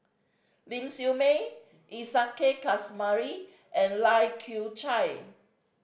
Ling Siew May Isa Kamari and Lai Kew Chai